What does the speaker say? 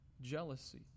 jealousy